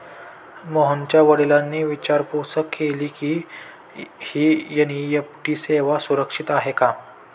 मोहनच्या वडिलांनी विचारपूस केली की, ही एन.ई.एफ.टी सेवा सुरक्षित आहे का?